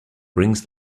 brings